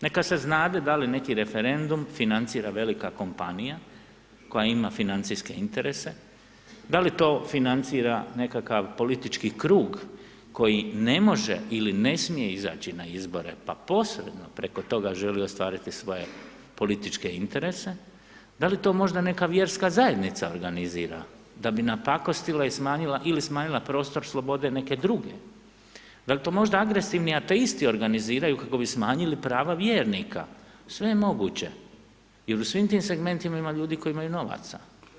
Neka se znade da li neki referendum financira velika kompanija koja ima financijske interese, da li to financira nekakav politički krug koji ne može ili ne smije izaći na izbore pa posebno preko toga želi ostvariti svoje političke interese, da li to možda neka vjerska zajednica organizira da bi napakostila ili smanjila prostor slobode neke druge, da li to možda agresivni ateisti organiziraju kako bi smanjili prava vjernika, sve je moguće jer u svim tim segmentima ima ljudi koji imaju novaca.